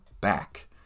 back